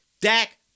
Dak